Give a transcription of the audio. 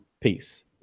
peace